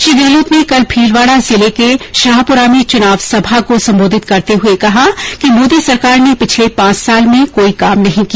श्री गहलोत ने कल भीलवाड़ा जिले के शाहपुरा में चुनाव सभा को संबोधित करते हुए कहा कि मोदी सरकार ने पिछले पांच साल में कोई काम नहीं किया